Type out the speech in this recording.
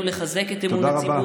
עלינו לחזק את אמון הציבור, תודה רבה.